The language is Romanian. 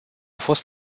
fost